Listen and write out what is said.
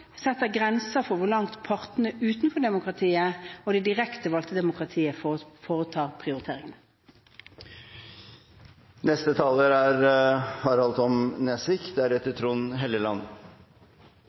setter grenser for hvor langt partene utenfor demokratiet og det direktevalgte demokratiet